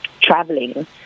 traveling